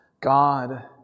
God